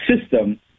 system